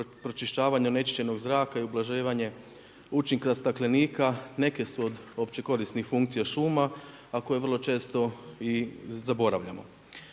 pročišćavanje onečišćenog zraka i ublaživanje učinka staklenika neke su od opće korisnih funkcija šuma, a koje vrlo često i zaboravljamo.